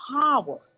power